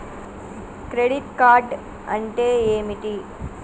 Credit card అంటే ఏమిటి?